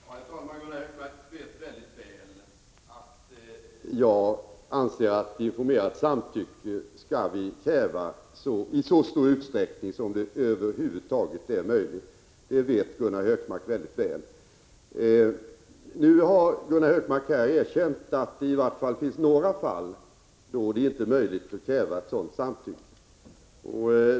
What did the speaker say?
Herr talman! Gunnar Hökmark vet mycket väl att jag anser att vi skall kräva informerat samtycke i så stor utsträckning som detta över huvud taget är möjligt. Nu har Gunnar Hökmark erkänt att det i varje fall finns några tillfällen då det inte är möjligt att kräva sådant samtycke.